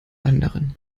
anderen